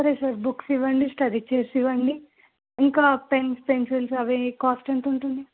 సరే sir books ఇవ్వండి study chairs ఇవ్వండి ఇంకా పెన్స్ పెన్సిల్స్ అవి కాస్ట్ ఎంత ఉంటుంది